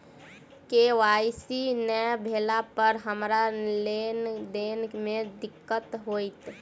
KYC नै भेला पर हमरा लेन देन मे दिक्कत होइत?